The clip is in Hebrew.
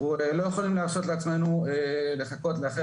אנחנו לא יכולים להרשות לעצמנו לחכות לאחרי